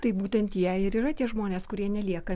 tai būtent jie ir yra tie žmonės kurie nelieka